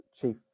Chief